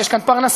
ויש כאן פרנסה,